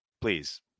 Please